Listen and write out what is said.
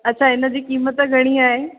अच्छा हिन जी क़ीमत घणी आहे